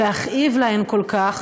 ולהכאיב להן כל כך.